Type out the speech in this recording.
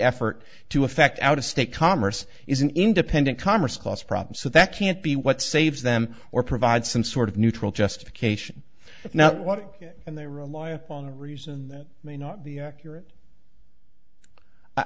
effort to affect out of state commerce is an independent commerce clause problem so that can't be what saves them or provide some sort of neutral justification now what and they rely upon reason that may not be accurate i